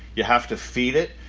you have to feed it.